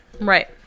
Right